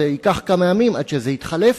ייקח כמה ימים עד שהיא תתחלף.